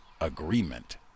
agreement